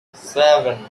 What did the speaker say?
seven